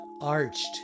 Arched